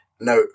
Now